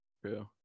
True